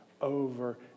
over